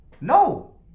No